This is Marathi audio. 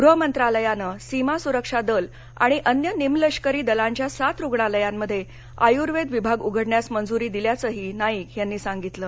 गृह मंत्रालयानं सीमा सुरक्षा दल आणि अन्य निमलष्करी दलांच्या सात रुग्णालयांमध्ये आयूर्वेद विभाग उघडण्यास मंजुरी दिल्याचंही नाईक यांनी सांगितलं